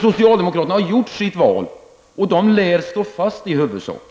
Socialdemokraterna har gjort sitt val, och det lär stå fast i huvudsak.